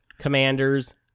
Commanders